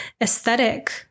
aesthetic